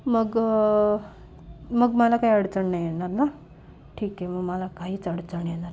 मग मग मला काही अडचण नाही येणार ना ठीक आहे मग मला काहीच अडचण येणार नाही